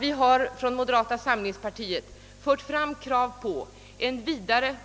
Vi har från moderata samlingspartiet fört fram krav på en vidare